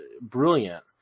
brilliant